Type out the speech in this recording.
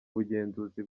ubugenzuzi